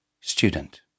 Student